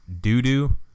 doo-doo